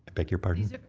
beg your pardon?